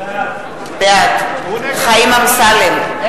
בעד חיים אמסלם,